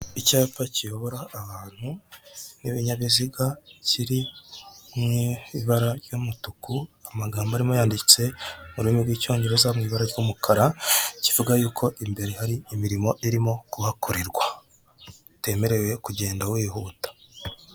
Icyapa kiyobora abantu b'ibinyabiziga kiri mu ibara ry'umutuku, amagambo arimo yanditse mu ururimi rw'icyongereza mu ibara ry'umukara, kivuga yuko imbere hari imirimo irimo kuhakorerwa utemerewe kugenda wihuta.